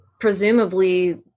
presumably